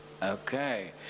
Okay